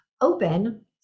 open